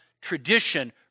tradition